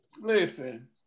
Listen